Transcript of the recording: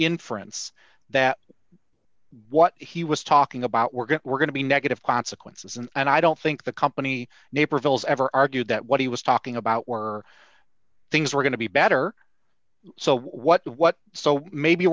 inference that what he was talking about were get we're going to be negative consequences and i don't think the company naperville's ever argued that what he was talking about were things were going to be better so what the what so maybe